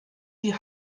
die